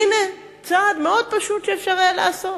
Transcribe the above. כי הנה צעד מאוד פשוט שאפשר היה לעשות,